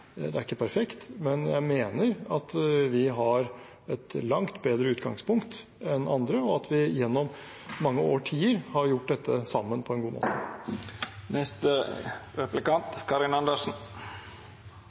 Det er ikke perfekt, men jeg mener at vi har et langt bedre utgangspunkt enn andre, og at vi gjennom mange årtier har gjort dette sammen på en god måte.